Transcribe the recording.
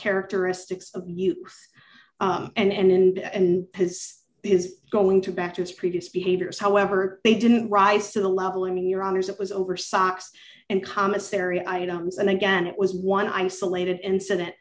characteristics of you and and his is going to back to his previous behaviors however they didn't rise to the level in your honour's it was over socks and commissary items and again it was one isolated incident